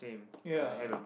ya